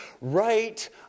right